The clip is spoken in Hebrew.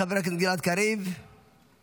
חבר הכנסת גלעד קריב, בבקשה.